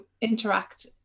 interact